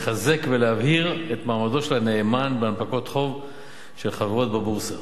לחזק ולהבהיר את מעמדו של הנאמן בהנפקות חוב של חברות בבורסה.